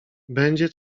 będzie